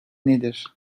nedir